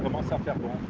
um on september